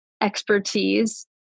expertise